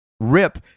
Rip